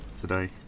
today